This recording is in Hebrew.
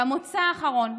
במוצא האחרון,